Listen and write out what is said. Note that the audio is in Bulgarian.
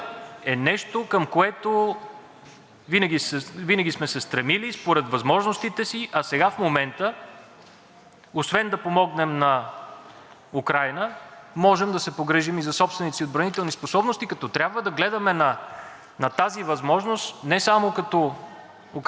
освен да помогнем на Украйна, можем да се погрижим и за собствените си отбранителни способности, като трябва да гледаме на тази възможност не само като укрепване на собствения си отбранителен потенциал, а и като укрепване на източния фланг на НАТО, какъвто всъщност сме. Благодаря